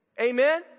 Amen